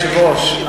אדוני היושב-ראש,